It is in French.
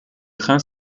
train